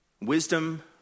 Wisdom